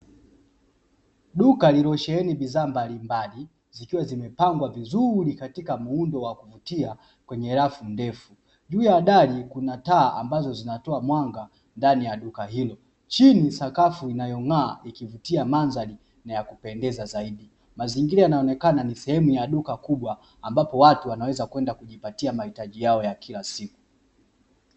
Duka lililosheheni bidhaa mbalimbali zikiwa zimepangwa vizuri katika muundo wa kuvutia kwenye rafu ndefu; juu ya dari kuna taa ambazo zinatoa mwanga ndani ya duka hilo, chini sakafu inayong’aa ikivutia mandhari na ya kupendeza zaidi. Mazingira yanaonekana ni sehemu ya duka kubwa ambapo watu wanaweza kwenda kujipatia mahitaji yao ya kila siku.